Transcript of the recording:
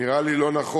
זה נראה לי לא נכון,